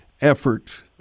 effort